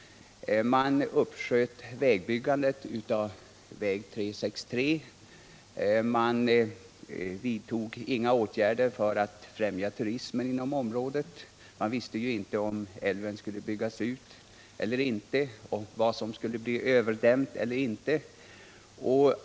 Man uppsköt byggandet av väg 363, och det vidtogs inga åtgärder för att främja turismen inom området. Man visste ju inte om älven skulle byggas ut eller inte och därmed inte heller vad som skulle komma under vatten.